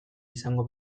izango